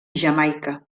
jamaica